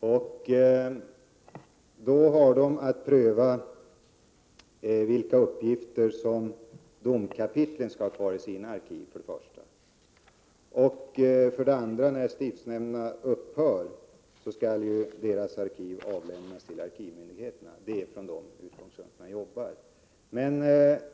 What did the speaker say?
uppdrag att pröva vilka uppgifter domkapitlen skall ha kvar i sina arkiv. När stiftsnämnderna upphör skall deras arkiv avlämnas till arkivmyndigheterna. Det är från de utgångspunkterna man arbetar.